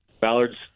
Ballard's